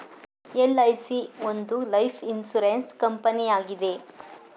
LIC ಒಂದು life insurance ಕಂಪನಿಯಾಗಿದೆ